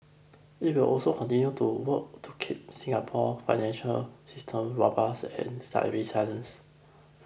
it will also continue to work to keep Singapore financial system robust and resilience